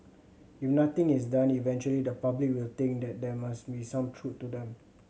if nothing is done eventually the public will think that there must be some truth to them